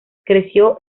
creció